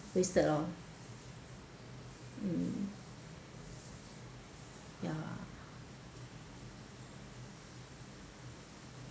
wasted lor mm ya